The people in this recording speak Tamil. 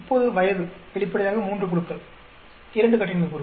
இப்போது வயது வெளிப்படையாக மூன்று குழுக்கள் 2 கட்டின்மை கூறுகள்